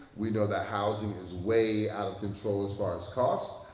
we know that housing is way out control as far as cost.